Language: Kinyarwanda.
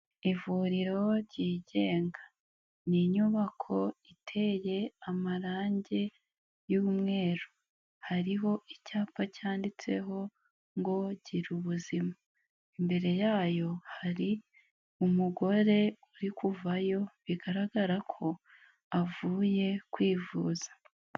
Ivuriro ryigenga, ni inyubako iteye amarangi y'umweru, hariho icyapa cyanditseho ngo:"Girubuzima", imbere yayo hari umugore uri kuvayo bigaragara ko avuye kwivuza.